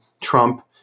Trump